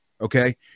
Okay